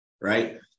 right